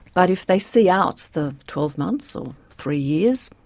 but if they see out the twelve months or three years,